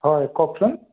হয় কওকচোন